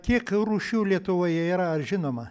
kiek rūšių lietuvoje yra žinoma